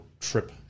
trip